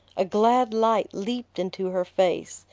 a glad light leaped into her face,